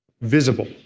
Visible